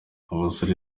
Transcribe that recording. abasore